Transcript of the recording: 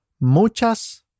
Muchas